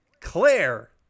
claire